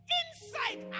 inside